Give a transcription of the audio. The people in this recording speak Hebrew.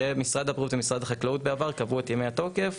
שמשרד הבריאות ומשרד החקלאות בעבר קבעו את ימי התוקף,